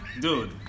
dude